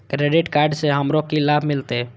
Credit card से हमरो की लाभ मिलते?